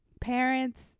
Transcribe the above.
parents